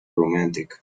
romantic